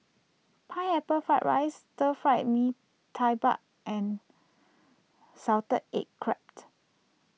Pineapple Fried Rice Stir Fry Mee Tai Mak and Salted Egg Crab